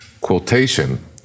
quotation